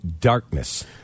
darkness